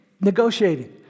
negotiating